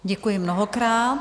Děkuji mnohokrát.